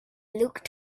looked